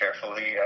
carefully